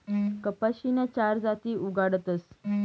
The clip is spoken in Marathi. कपाशीन्या चार जाती उगाडतस